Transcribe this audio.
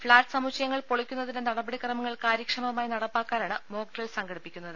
flat സമുച്ചയങ്ങൾ പൊളിക്കുന്നതിന്റെ നടപടിക്രമങ്ങൾ കാര്യക്ഷമമായി നടപ്പാക്കാനാണ് മോക്ഡ്രിൽ സംഘടിപ്പിക്കുന്നത്